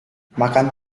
makan